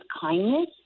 kindness